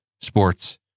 sports